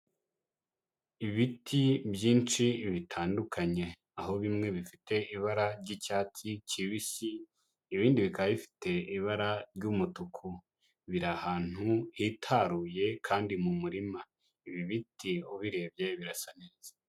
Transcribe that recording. Ibiti byinshi bitandukanye aho bimwe bifite ibara ry'icyatsi kibisi, ibindi bikaba bifite ibara ry'umutuku, biri ahantu hitaruye kandi mu murima, ibi biti ubirebye birasa neza.